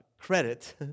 credit